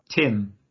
tim